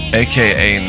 aka